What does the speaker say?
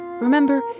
Remember